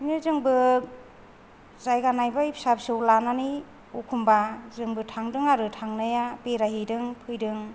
जोंबो जायगा नायहैबाय फिसा फिसौ लानानै एखनबा जोंबो थांदों आरो थांनाया बेरायहैदों फैदों